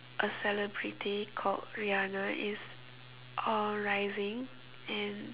a celebrity called Rihanna is all rising and